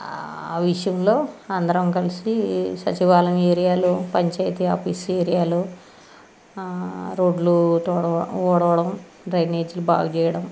ఆ విషయంలో అందరం కలిసి సచివాలయం ఏరియాలో పంచాయతీ ఆఫీస్ ఏరియాలో ఆ రోడ్లు తుడవ ఊడవడం డ్రైనేజీ బాగు చేయడం